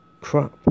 Crap